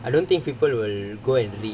I don't think people will go and read